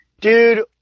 dude